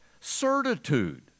certitude